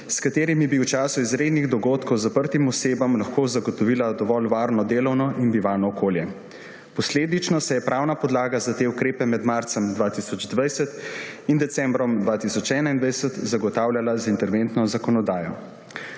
s katerimi bi v času izrednih dogodkov zaprtim osebam lahko zagotovila dovolj varno delovno in bivalno okolje. Posledično se je pravna podlaga za te ukrepe med marcem 2020 in decembrom 2021 zagotavljala z interventno zakonodajo.